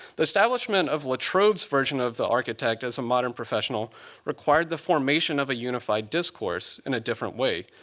the establishment of latrobe's version of the architect as a modern professional required the formation of a unified discourse in a different way.